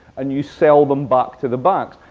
and you sell them back to the banks.